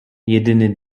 jedyny